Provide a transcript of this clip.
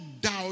doubt